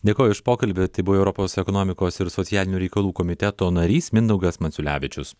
dėkoju už pokalbį tai buvo europos ekonomikos ir socialinių reikalų komiteto narys mindaugas maciulevičius